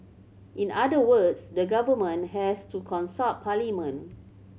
in other words the government has to consult parliament